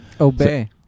Obey